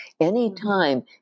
Anytime